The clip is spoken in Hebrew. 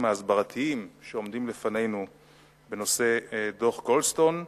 ההסברתיים שעומדים לפנינו בנושא דוח-גולדסטון,